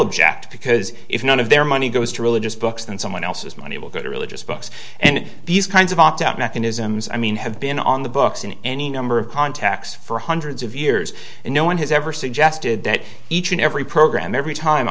object because if none of their money goes to religious books and someone else's money will go to religious books and these kinds of opt out mechanisms i mean have been on the books in any number of contacts for hundreds of years and no one has ever suggested that each and every program every time